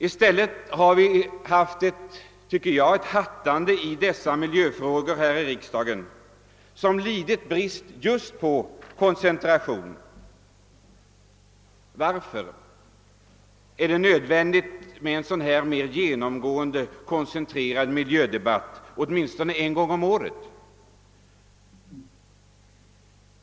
I stället har vi här i riksdagen ägnat oss åt ett »hattande» i dessa miljöfrågor som mest präglats av brist på koncentration. Varför är det nödvändigt med en sådan mera genomgripande, koncentrerad miljödebatt åtminstone en gång om året?